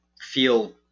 feel